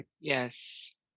Yes